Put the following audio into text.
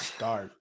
Start